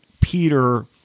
Peter